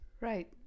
Right